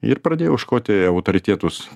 ir pradėjau ieškoti autoritetus